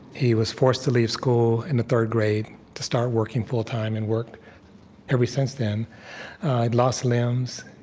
he was forced to leave school in the third grade to start working full-time, and worked ever since then. he'd lost limbs.